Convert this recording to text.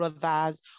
brothers